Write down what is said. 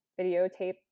videotape